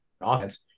offense